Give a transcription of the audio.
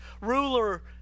ruler